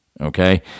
Okay